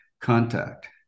contact